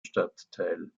stadtteil